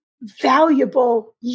valuable